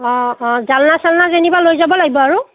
অ' অ' জালনা চালনা যেনিবা লৈ যাব লাগিব আৰু